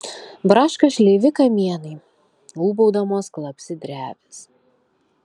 braška šleivi kamienai ūbaudamos klapsi drevės